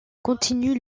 continuent